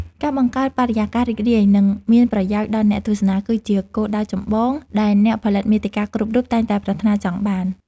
ការបង្កើតបរិយាកាសរីករាយ និងមានប្រយោជន៍ដល់អ្នកទស្សនា គឺជាគោលដៅចម្បងដែលអ្នកផលិតមាតិកាគ្រប់រូបតែងតែប្រាថ្នាចង់បាន។